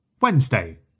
Wednesday